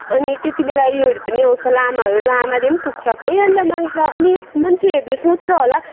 अनि त्यति बेला उयोहरू पनि आउँछ लामाहरू लामाले पनि कुखुराकै अन्डा माग्छ अनि मान्छेहरूले सोच्छ होला